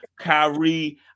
Kyrie